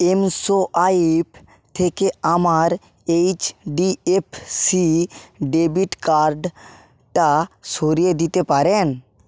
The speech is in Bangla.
এমসোয়াইপ থেকে আমার এইচডিএফসি ডেবিট কার্ডটা সরিয়ে দিতে পারেন